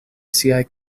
siaj